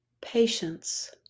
patience